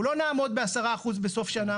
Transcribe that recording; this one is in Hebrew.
אנחנו לא נעמוד ב-10% בסוף שנה.